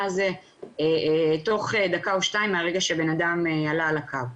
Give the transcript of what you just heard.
הזה תוך דקה או שתיים מהרגע שבנאדם עלה על הקו.